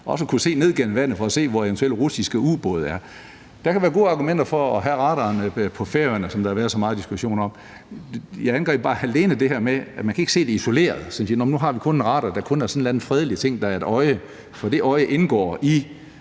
også at kunne se ned gennem vandet for at se, hvor eventuelle russiske ubåde er. Der kan være gode argumenter for at have radaren på Færøerne, som der har været så meget diskussion om. Jeg angreb bare alene det her med, at man ikke kan se det isoleret og sige: Nu har vi en radar, der kun er sådan en eller anden fredelig ting, der er et øje, for det øje indgår i